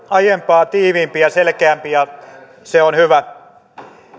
aiempaa tiiviimpi ja selkeämpi ja se on hyvä